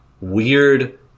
weird